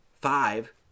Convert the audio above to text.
five